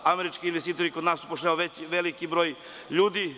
Američki investitori kod nas upošljavaju veliki broj ljudi.